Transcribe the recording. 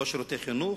לא שירותי חינוך,